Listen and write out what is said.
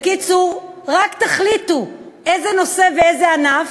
בקיצור, רק תחליטו איזה נושא ואיזה ענף,